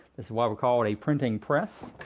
this is why we call it a printing press.